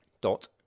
dot